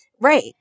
Right